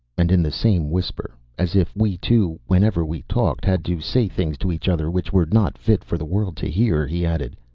and in the same whisper, as if we two whenever we talked had to say things to each other which were not fit for the world to hear, he added,